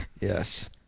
Yes